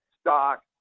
stock